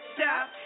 Stop